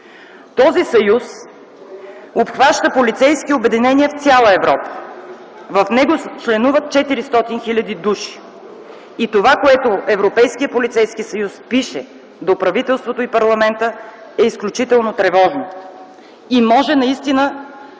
Този съюз обхваща полицейски обединения в цяла Европа. В него членуват 400 хиляди души. Това, което Европейският полицейски съюз пише до правителството и парламента, е изключително тревожно и според